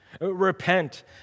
repent